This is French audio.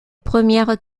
premières